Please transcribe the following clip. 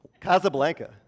Casablanca